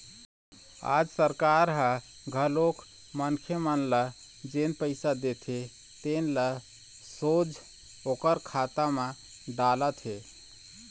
आज सरकार ह घलोक मनखे मन ल जेन पइसा देथे तेन ल सोझ ओखर खाता म डालत हे